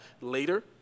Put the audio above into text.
later